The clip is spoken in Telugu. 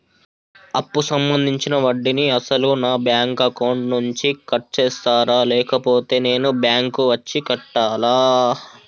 అప్పు సంబంధించిన వడ్డీని అసలు నా బ్యాంక్ అకౌంట్ నుంచి కట్ చేస్తారా లేకపోతే నేను బ్యాంకు వచ్చి కట్టాలా?